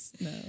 No